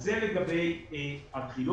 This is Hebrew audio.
זה לגבי הדחיות.